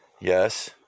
Yes